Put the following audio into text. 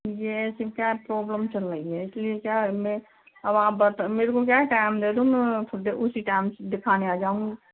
ये तीन चार प्रॉब्लम चल रही है इसलिए क्या मैं अब आप बता मेरे को क्या है टाइम दे दो मैं खुद उसी टाइम दिखाने आ जाऊंगी